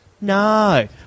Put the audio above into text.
No